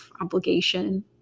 obligation